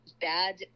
bad